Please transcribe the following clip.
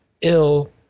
ill